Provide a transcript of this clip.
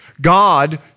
God